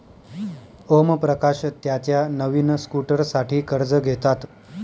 ओमप्रकाश त्याच्या नवीन स्कूटरसाठी कर्ज घेतात